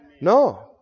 No